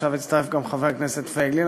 עכשיו הצטרף גם חבר הכנסת פייגלין.